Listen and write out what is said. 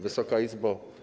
Wysoka Izbo!